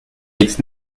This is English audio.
its